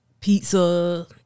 pizza